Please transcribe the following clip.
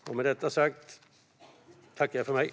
Jag yrkar bifall till vår reservation.